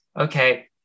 okay